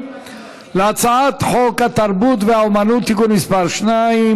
שולי מועלם-רפאלי,